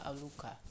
Aluka